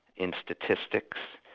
in statistics,